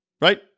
right